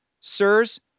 sirs